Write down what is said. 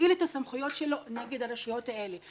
ולהפעיל את הסמכויות שלו נגד הרשויות האלה.